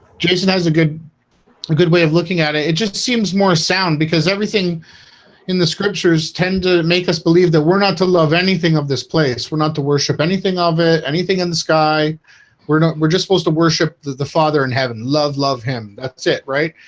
jason has a good a good way of looking at it it just seems more sound because everything in the scriptures tend to make us believe that we're not to love anything of this place we're not to worship anything of it anything in the sky we're not we're just supposed to the the father and having love love him. that's it. right.